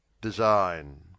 design